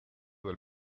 del